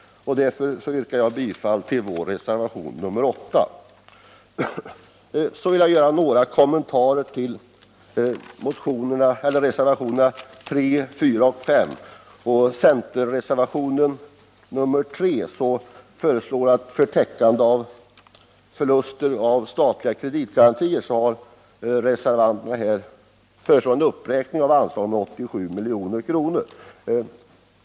Därför yrkar jag bifall till reservationen 8. Så vill jag göra några kommentarer till reservationerna 3, 4 och 5. I centerreservationen 3 föreslås för täckande av förluster på grund av statlig kreditgaranti en uppräkning av anslaget med 87 milj.kr.